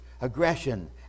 aggression